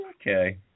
Okay